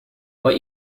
what